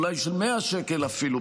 אולי של 100 שקל אפילו,